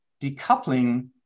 decoupling